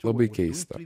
labai keista